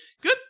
good